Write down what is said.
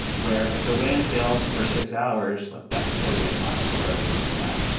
where if the wan fails for six hours, like that's totally fine. they're okay with that.